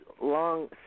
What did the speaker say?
long